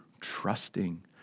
trusting